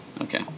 okay